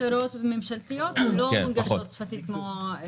אבל יחידות אחרות ממשלתיות לא מונגשות שפתית כמוכם.